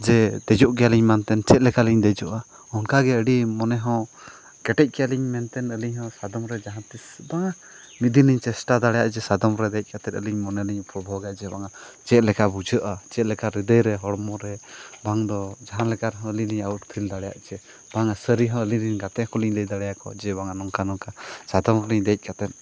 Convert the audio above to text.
ᱡᱮ ᱫᱮᱡᱚᱜ ᱜᱮᱭᱟᱞᱤᱧ ᱢᱮᱱᱛᱮ ᱪᱮᱫ ᱞᱮᱠᱟᱞᱤᱧ ᱫᱮᱡᱚᱜᱼᱟ ᱚᱱᱠᱟᱜᱮ ᱟᱹᱰᱤ ᱢᱚᱱᱮ ᱦᱚᱸ ᱠᱮᱴᱮᱡ ᱠᱮᱫ ᱟᱞᱤᱧ ᱢᱮᱱᱛᱮ ᱟᱹᱞᱤᱧ ᱦᱚᱸ ᱥᱟᱫᱚᱢ ᱨᱮ ᱡᱟᱦᱟᱸ ᱛᱤᱸᱥ ᱵᱟᱝᱼᱟ ᱢᱤᱫ ᱫᱤᱱ ᱞᱤᱧ ᱪᱮᱥᱴᱟ ᱫᱟᱲᱮᱭᱟᱜᱼᱟ ᱡᱮ ᱥᱟᱫᱚᱢ ᱨᱮ ᱫᱮᱡ ᱠᱟᱛᱮᱫ ᱟᱹᱞᱤᱧ ᱢᱚᱱᱮ ᱞᱤᱧ ᱩᱯᱚᱵᱷᱳᱜᱽ ᱟᱠᱟᱫᱟ ᱡᱮ ᱵᱟᱝᱟ ᱪᱮᱫ ᱞᱮᱠᱟ ᱵᱩᱡᱷᱟᱹᱜᱼᱟ ᱪᱮᱫ ᱞᱮᱠᱟ ᱨᱤᱫᱚᱭ ᱨᱮ ᱦᱚᱲᱢᱚ ᱨᱮ ᱵᱟᱝᱫᱚ ᱡᱟᱦᱟᱸ ᱞᱮᱠᱟ ᱨᱮᱦᱚᱸ ᱟᱹᱞᱤᱧ ᱞᱤᱧ ᱟᱣᱩᱴ ᱯᱷᱤᱞ ᱫᱟᱲᱮᱭᱟᱜᱼᱟ ᱡᱮ ᱵᱟᱝᱟ ᱥᱟᱹᱨᱤ ᱦᱚᱸ ᱟᱹᱞᱤᱧ ᱨᱮᱱ ᱜᱟᱛᱮ ᱠᱚᱞᱤᱧ ᱞᱟᱹᱭ ᱫᱟᱲᱮᱣᱟᱠᱚᱣᱟ ᱡᱮ ᱵᱟᱝᱟ ᱱᱚᱝᱠᱟ ᱱᱚᱝᱠᱟ ᱥᱟᱫᱚᱢ ᱨᱮᱞᱤᱧ ᱫᱮᱡ ᱠᱟᱛᱮᱫ